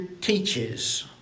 teaches